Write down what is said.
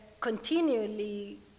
continually